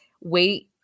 wait